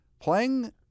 Playing